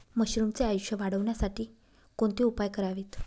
मशरुमचे आयुष्य वाढवण्यासाठी कोणते उपाय करावेत?